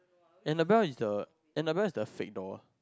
Annabelle is the Annabelle is the fake doll